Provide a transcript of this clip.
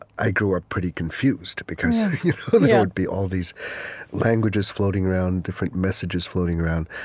i grew up pretty confused because there would be all these languages floating around, different messages floating around.